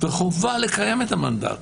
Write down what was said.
וחובה לקיים את המנדט